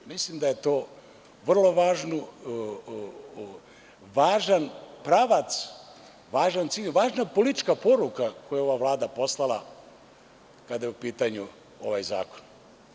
Mislim da je to vrlo važan pravac, važan cilj, važna politička poruka koju je ova Vlada poslala kada je u pitanju ovaj zakon.